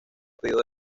pedido